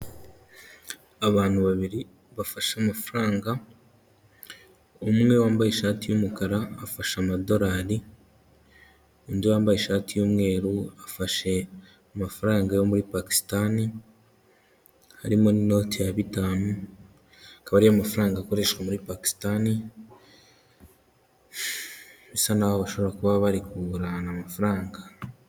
Abantu babiri bafashe amafaranga, umwe wambaye ishati y'umukara afashe amadorari, undi wambaye ishati y'umweru afashe amafaranga yo muri Pakisitani, harimo n'inoti ya bitanu, akaba ariyo mafaranga akoreshwa muri Pakisitani bisa naho bashobora kuba bari kugurana amafaranga.